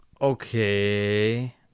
Okay